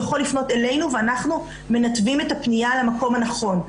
הוא יכול לפנות אלינו ואנחנו מנתבים את הפנייה למקום הנכון.